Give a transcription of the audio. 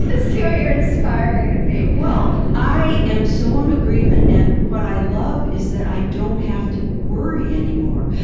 but see what you're inspiring in me? well, i am so in agreement, and what i love is that i don't have to worry anymore.